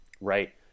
Right